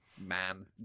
Man